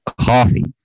coffee